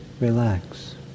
relax